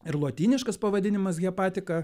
ir lotyniškas pavadinimas hepatika